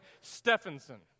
Stephenson